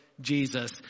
Jesus